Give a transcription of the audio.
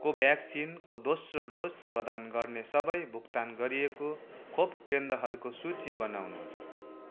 कोभ्याक्सिनको दोस्रो डोज प्रदान गर्ने सबै भुक्तान गरिएको खोप केन्द्रहरूको सूची बनाउनुहोस्